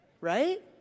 Right